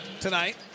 tonight